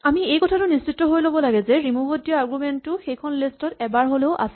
আমি এই কথাটো নিশ্চিত হৈ ল'ব লাগে যে ৰিমোভ ত দিয়া আৰগুমেন্ট টো সেইখন লিষ্ট ত এবাৰ হ'লেও আছে